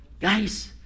Guys